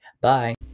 Bye